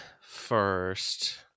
first